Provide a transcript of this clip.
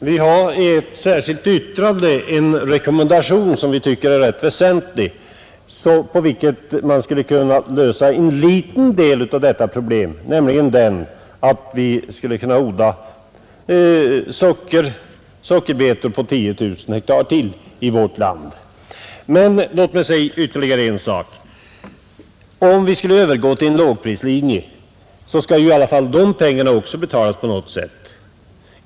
Herr talman! Vi har i ett särskilt yttrande en rekommendation som vi tycker är rätt väsentlig och efter vilken man skulle kunna lösa en liten del av detta problem, nämligen att odla sockerbetor på ytterligare 10 000 hektar i vårt land. Men låt mig säga ytterligare en sak, Om vi skulle övergå till en lågprislinje så skall ju i alla fall de pengarna också betalas på något sätt.